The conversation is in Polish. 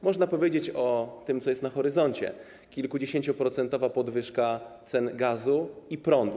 Można powiedzieć o tym, co jest na horyzoncie: kilkudziesięcioprocentowa podwyżka cen gazu i prądu.